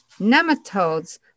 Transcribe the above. nematodes